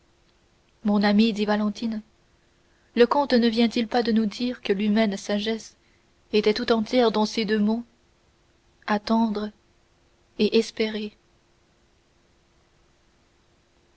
mon ami dit valentine le comte ne vient-il pas de nous dire que l'humaine sagesse était tout entière dans ces deux mots attendre et espérer